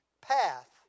path